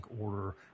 order